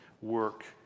work